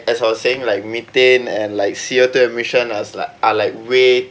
as I was saying like methane and like C_O two emissions was like are like way